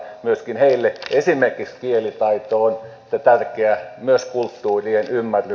myöskin heille esimerkiksi kielitaito on tärkeä myös kulttuurien ymmärrys